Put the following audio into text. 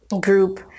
group